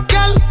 Girl